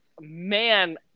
man